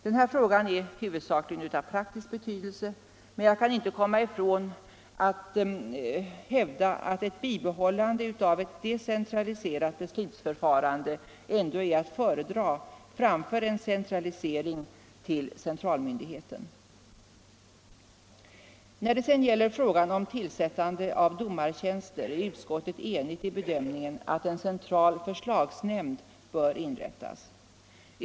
Den här frågan är huvudsakligen av praktisk betydelse, men jag kan inte komma ifrån att ett bibehållande av ett decentraliserat beslutsförfarande ändå är att föredra framför en centralisering till centralmyndigheten. När det gäller frågan om tillsättning av domartjänster är utskottet enigt i bedömningen att en central förslagsnämnd bör inrättas.